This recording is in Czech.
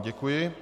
Děkuji.